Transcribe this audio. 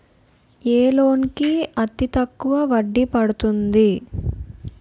ఏ loan కి అతి తక్కువ వడ్డీ పడుతుంది?